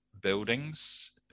buildings